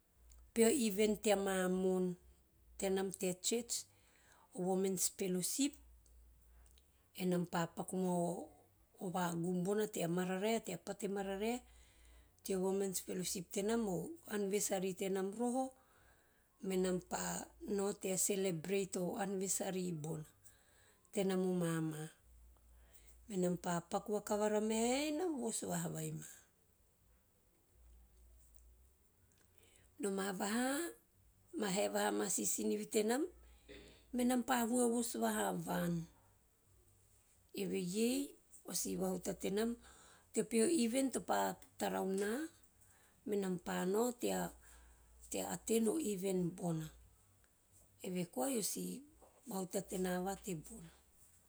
Beo event tea mamo`on tenam tea church, o womens fellowship enam pa paku mau o vagum bona tea mararae- tea pate mararae, o womens fellowship tenam, o annivesary tenam roho, menam pa nao tea celebrate o annivesary tenam o mama, mena pa paku vakavara vaha ma si sinivi tenam, menam pa vos voha van, eveiei o si vahutate tenam teo peho event topa tarau na menam pa nao tea attend o event bona. Eva koai o si vahutate tena va tebona.